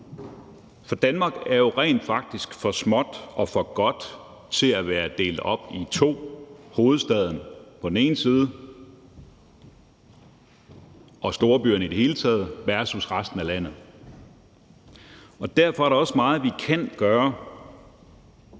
for Danmark er jo rent faktisk for småt og for godt til at være delt op i to: hovedstaden og storbyerne i det hele taget på den ene side versus resten af landet på den anden side. Og derfor er der også meget, vi kan gøre